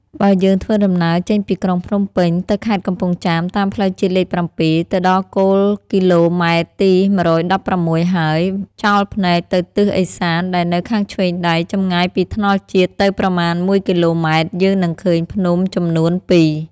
បើយើងធ្វើដំណើរចេញពីក្រុងភ្នំពេញទៅខេត្តកំពង់ចាម តាមផ្លូវជាតិលេខ៧ ទៅដល់គោលគីឡូម៉ែត្រទី១១៦ហើយ ចោលភែ្នកទៅទិសឥសាន ដែលនៅខាងឆេ្វងដៃ ចំងាយពីថ្នល់ជាតិទៅប្រមាណ១គីឡូម៉ែត្រ យើងនិងឃើញភ្នំចំនួនពីរ